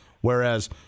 Whereas